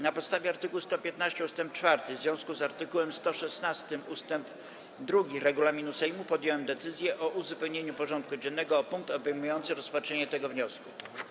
Na podstawie art. 115 ust. 4 w związku z art. 116 ust. 2 regulaminu Sejmu podjąłem decyzję o uzupełnieniu porządku dziennego o punkt obejmujący rozpatrzenie tego wniosku.